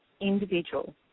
individual